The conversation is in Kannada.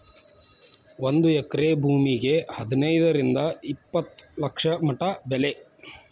ಒಂದ ಎಕರೆ ಭೂಮಿಗೆ ಹದನೈದರಿಂದ ಇಪ್ಪತ್ತ ಲಕ್ಷ ಮಟಾ ಬೆಲೆ